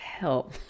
help